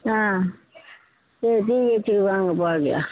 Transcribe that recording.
ஆ சரி ஜிஹெச்சுக்கு வாங்க பார்க்கலாம்